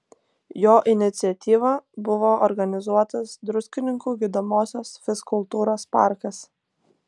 jo iniciatyva buvo organizuotas druskininkų gydomosios fizkultūros parkas